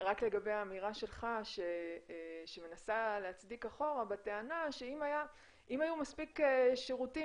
רק לגבי האמירה שלך שמנסה להצדיק אחורה בטענה שאם היו מספיק שירותים